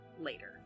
later